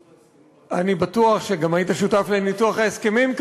לא, הייתי שותף לניסוח ההסכמים הקואליציוניים.